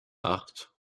acht